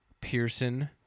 Pearson